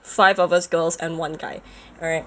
five of us girls and one guy alright